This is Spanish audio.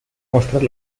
mostrar